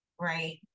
right